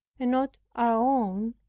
and not our own,